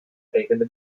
eigene